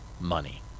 money